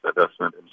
investment